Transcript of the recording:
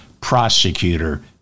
prosecutor